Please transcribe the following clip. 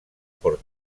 por